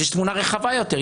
יש תמונה רחבה יותר,